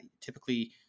typically